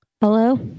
Hello